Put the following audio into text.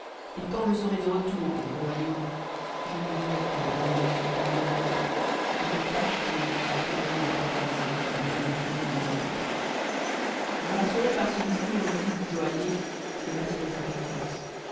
et quand je serai de retour en mon royaume je n'oublierai point l'obligation que je vous aurai et je tâcherai de vous en témoigner ma reconnaissance de la manière que je le devrai je rassurai par ce discours le fils du joaillier et m'attirai sa confiance